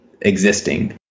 existing